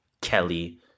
Kelly